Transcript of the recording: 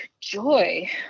joy